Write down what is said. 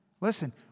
Listen